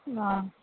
ہاں